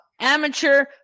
amateur